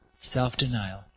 self-denial